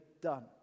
done